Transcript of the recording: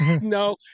No